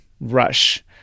rush